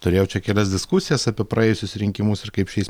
turėjau čia kelias diskusijas apie praėjusius rinkimus ir kaip šiais